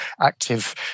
active